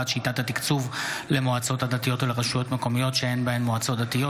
שיטת התקצוב למועצות הדתיות ולרשויות מקומיות שאין בהן מועצות דתיות),